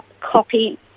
copy